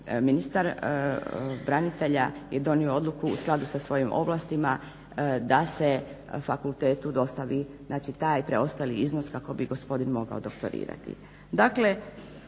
ministar branitelj je donio odluku u skladu sa svojim ovlastima da se fakultetu dostavi taj preostali iznos kako bi gospodin mogao doktorirati.